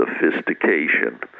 sophistication